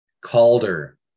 Calder